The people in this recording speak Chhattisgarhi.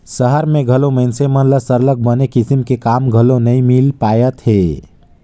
सहर में घलो मइनसे मन ल सरलग बने किसम के काम घलो नी मिल पाएत हे